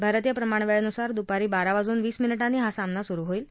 भारतीय प्रमाणवेळेनुसार दुपारी बारा वाजून वीस मिनिटांनी हा सामना सुरु होईल